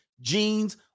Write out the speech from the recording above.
jeans